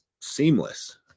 seamless